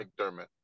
McDermott